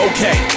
Okay